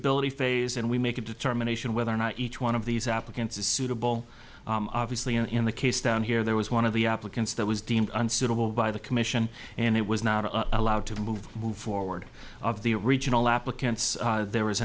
suitability phase and we make a determination whether or not each one of these applicants is suitable obviously in in the case down here there was one of the applicants that was deemed unsuitable by the commission and it was not allowed to move move forward of the original applicants there was